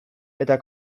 eta